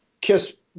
kiss